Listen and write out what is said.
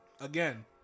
again